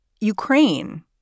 Ukraine